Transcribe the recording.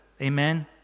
Amen